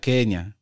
Kenya